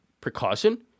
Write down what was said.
precaution